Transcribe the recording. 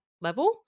level